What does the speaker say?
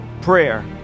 prayer